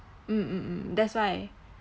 mm mm mm that's why